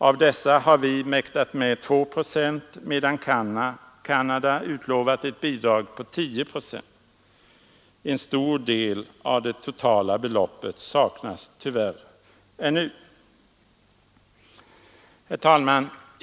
Av dessa har vi Nr 72 mäktat med 2 procent, medan Canada utlovat ett bidrag på 10 procent. Onsdagen den En stor del av det totala beloppet saknas tyvärr ännu. 25 april 1973 Herr talman!